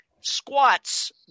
squats